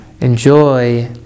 enjoy